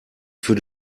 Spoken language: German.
für